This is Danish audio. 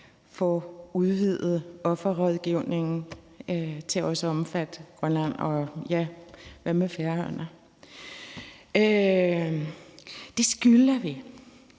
at udvide offerrådgivningen til også at omfatte Grønland – og hvad med Færøerne? Det skylder vi